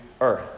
earth